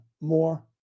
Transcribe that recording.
more